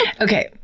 Okay